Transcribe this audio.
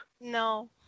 No